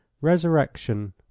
Resurrection